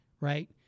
Right